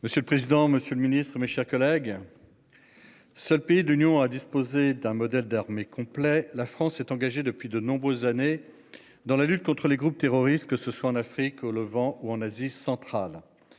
Monsieur le président, Monsieur le Ministre, mes chers collègues. Seul pays de l'Union à disposer d'un modèle d'armée complet. La France est engagée depuis de nombreuses années dans la lutte contre les groupes terroristes, que ce soit en Afrique au le vent ou en Asie centrale.